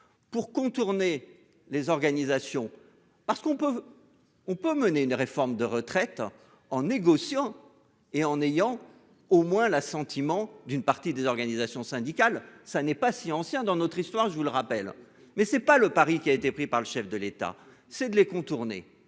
Pour contourner les organisations. Parce qu'on peut. On peut mener une réforme de retraites en négociant et en ayant au moins la sentiment d'une partie des organisations syndicales, ça n'est pas si ancien dans notre histoire, je vous le rappelle mais c'est pas le Paris qui a été pris par le chef de l'État, c'est de les contourner.